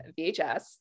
VHS